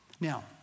Now